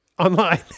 online